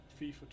FIFA